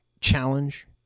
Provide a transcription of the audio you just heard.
challenge